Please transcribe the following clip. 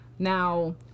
Now